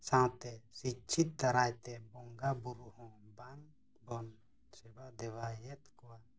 ᱥᱟᱶᱛᱮ ᱥᱤᱪᱪᱷᱤᱛ ᱫᱟᱨᱟᱭᱛᱮ ᱵᱚᱸᱜᱟᱼᱵᱩᱨᱩ ᱦᱚᱸ ᱵᱟᱝ ᱵᱚᱱ ᱥᱮᱵᱟᱼᱫᱮᱵᱟᱭᱮᱫ ᱠᱚᱣᱟ